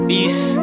Peace